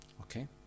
Okay